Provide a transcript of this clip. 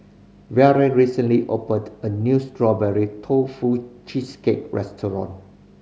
Verla recently opened a new Strawberry Tofu Cheesecake restaurant